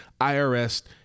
IRS